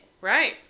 Right